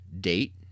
date